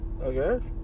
okay